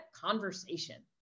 conversation